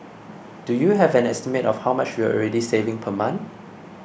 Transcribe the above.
do you have an estimate of how much you're already saving per month